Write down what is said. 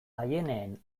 aieneen